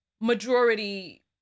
majority